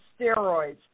steroids